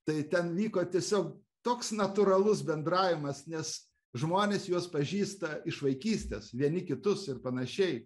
tai ten vyko tiesiog toks natūralus bendravimas nes žmonės juos pažįsta iš vaikystės vieni kitus ir panašiai